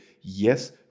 yes